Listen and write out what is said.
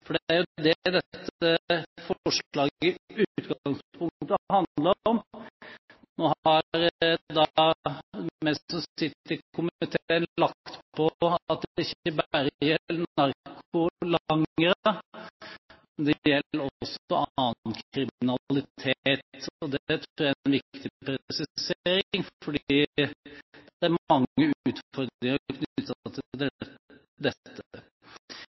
For det er jo det dette forslaget i utgangspunktet handler om. Nå har vi som sitter i komiteen, lagt til at det ikke bare gjelder narkolangere, men det gjelder også annen kriminalitet. Det tror jeg er en viktig presisering, fordi det er mange